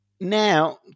now